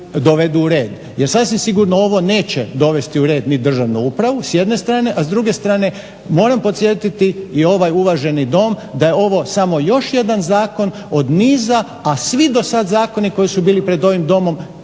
dovedu u red. Jer sasvim sigurno ovo neće dovesti u red ni državnu upravu s jedne strane, a s druge strane moram podsjetiti i ovaj uvaženi Dom da je ovo samo još jedan zakon od niza, a svi dosad zakoni koji su bili pred ovim Domom